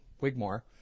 Wigmore